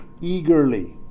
eagerly